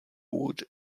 wood